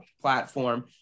platform